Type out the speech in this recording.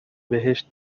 بهشت